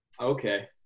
okay